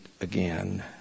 again